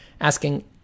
asking